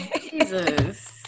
jesus